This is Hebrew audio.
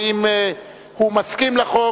ואם הוא מסכים לחוק,